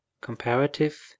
comparative